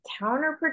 counterproductive